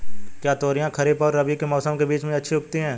क्या तोरियां खरीफ और रबी के मौसम के बीच में अच्छी उगती हैं?